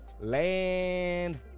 land